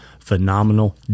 Phenomenal